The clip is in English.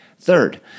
Third